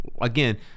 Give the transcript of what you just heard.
again